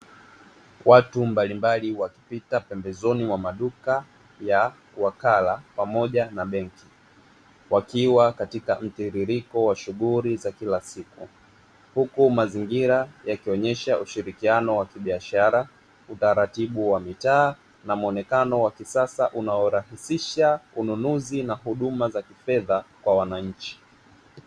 Watu mbalimbali wakipita pembezoni mwa maduka ya wakala pamoja na benki wakiwa katika mtiririko wa shughuli za kila siku, huku mazingira yakionyesha ushirikiano wa kibiashara, utaratibu wa mitaa na mwonekano wa kisasa, unaorahisisha ununuzi na huduma za kifedha kwa wananchi.